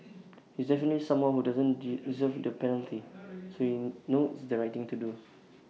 he is definitely someone who doesn't deserve the penalty so you know it's the right thing to do